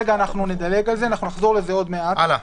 נדלג כרגע ונחזור לזה בהמשך.